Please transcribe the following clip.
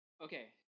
okay